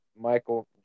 Michael